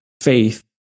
faith